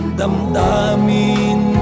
damdamin